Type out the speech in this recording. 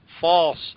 false